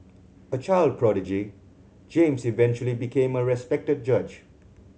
a child prodigy James eventually became a respected judge